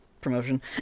promotion